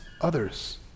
others